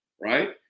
right